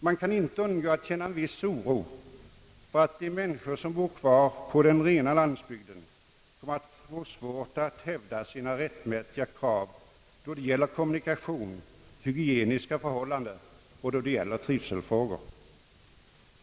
Man kan inte undgå att känna en viss oro för att de människor som bor kvar på den rena landsbygden kommer att få svårt att hävda sina rättmätiga krav då det gäller kommunikation, hygieniska förhållanden och trivselfrågor.